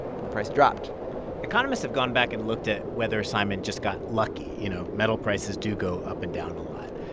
and the price dropped economists have gone back and looked at whether simon just got lucky. you know, metal prices do go up and down a lot.